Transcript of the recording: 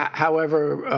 however,